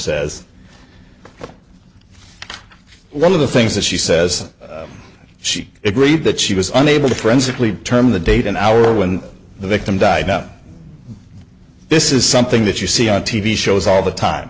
says one of the things that she says she agreed that she was unable to forensically term the date and hour when the victim died now this is something that you see on t v shows all the time